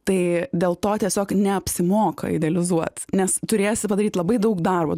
tai dėl to tiesiog neapsimoka idealizuot nes turėsi padaryt labai daug darbo